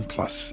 Plus